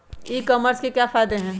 ई commerce के क्या फायदे हैं?